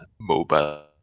mobile